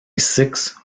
six